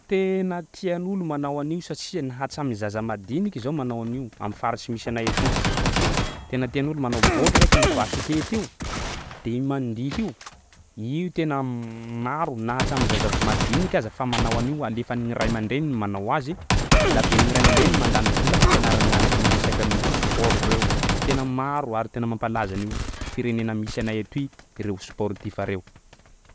Tena tian'olo manao an'io satsia ny hatsamy zaza madiniky zao manao an'io am'faritry misy anay etoy. Tena tian'olo manao bôly raiky, gny baskety io de io mandihy io. Io tena maro na hatsamy zaza madiniky aza fa manao an'io alefan'gny ray aman-dreniny manao azy laben'ny ray aman-dreniny mandany vola hampianarany gn'agnakiny resaka an'reo sport reo, tena maro ary tena mampalaza an'io firenena misy anay etoy reo sportif reo.